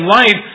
life